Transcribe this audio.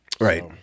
Right